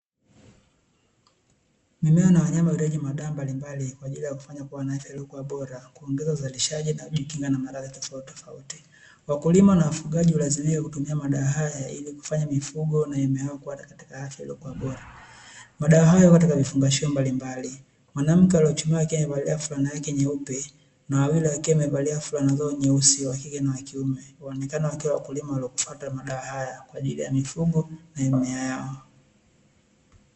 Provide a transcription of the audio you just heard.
Mimea na wanyama huhitaji dawa mbalimbali kwaajili ya kuwafanya kuwa na afya iliyokuwa bora, kuongeza uzalishaji na kujikinga na maradhi tofauutitofauti. Wakulima na wafugaji hulazimika kutumia madawa haya ili kufanya mifugo na mimea yao kuwa katika afya iliyokuwa bora, madawa hayo yapo katika vifungashio mbalimbali, mwanamke aliechuchumaa akiwa amevalia fulana yake nyeupe na wawili wakiwa wamevalia fulana zao nyeusi wakike na wakiume wanaonekana wakiwa wakulima waliofuata madawa haya kwaajili ya mifugo na mimea yao.